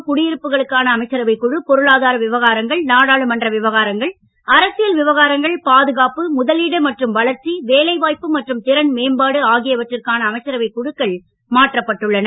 கழு குடியிருப்புகளான அமைச்சரவைக் குழு பொருளாதார விவகாரங்கள் நாடாளுமன்ற விவகாரங்கள் அரசியல் விவகாரங்கள் பாதுகாப்பு முதலீடு மற்றும் வளர்ச்சி வேலைவாய்ப்பு மற்றும் திறன் மேம்பாடு ஆகியவற்றிற்கான அமைச்சரவைக் குழுக்கள் மாற்றப்பட்டுள்ளன